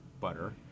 butter